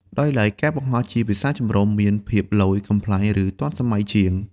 ដោយឡែក ការបង្ហោះជាភាសាចម្រុះមានភាពឡូយ កំប្លែង ឬ ទាន់សម័យជាង។